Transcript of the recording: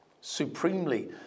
supremely